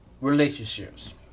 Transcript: relationships